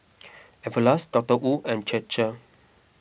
everlast Dotor Wu and Chir Chir